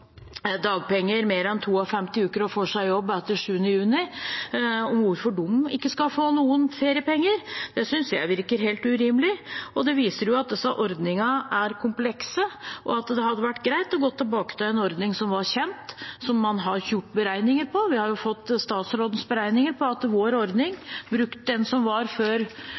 dagpenger mer enn 52 uker og får seg jobb etter 7. juni, ikke skal få noen feriepenger. Det synes jeg virker helt urimelig. Det viser at disse ordningene er komplekse og at det hadde vært greit å gå tilbake til en ordning som var kjent, som man har gjort beregninger på. Vi har fått statsrådens beregninger på at vår ordning – den som var før